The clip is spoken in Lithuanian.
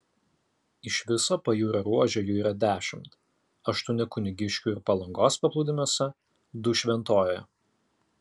iš viso pajūrio ruože jų yra dešimt aštuoni kunigiškių ir palangos paplūdimiuose du šventojoje